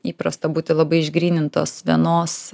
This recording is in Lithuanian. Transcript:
įprasta būti labai išgrynintos vienos